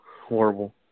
horrible